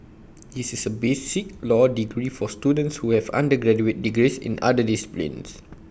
this is A B C law degree for students who have undergraduate degrees in other disciplines